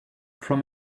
from